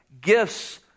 gifts